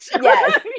Yes